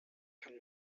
kann